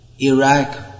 Iraq